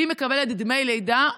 היא מקבלת דמי לידה,